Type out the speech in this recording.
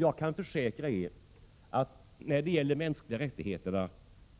Jag kan försäkra er att när det gäller de mänskliga rättigheterna,